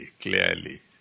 clearly